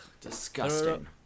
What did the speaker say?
Disgusting